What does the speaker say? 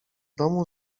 domu